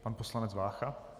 Pan poslanec Vácha.